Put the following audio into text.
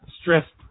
stressed